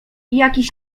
jakiś